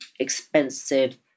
expensive